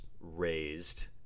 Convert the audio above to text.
raised